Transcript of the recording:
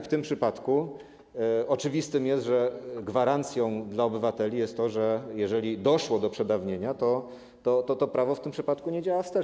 W tym przypadku oczywiste jest, że gwarancją dla obywateli jest to, że jeżeli doszło do przedawnienia, to prawo w tym przypadku nie działa wstecz.